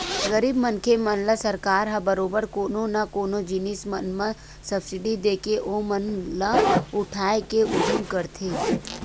गरीब मनखे मन ल सरकार ह बरोबर कोनो न कोनो जिनिस मन म सब्सिडी देके ओमन ल उठाय के उदिम करथे